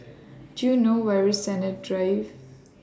Do YOU know Where IS Sennett Drive